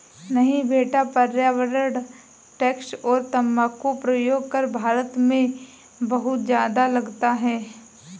नहीं बेटा पर्यावरण टैक्स और तंबाकू प्रयोग कर भारत में बहुत ज्यादा लगता है